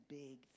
big